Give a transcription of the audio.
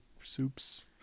soups